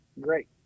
Great